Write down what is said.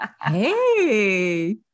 hey